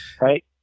right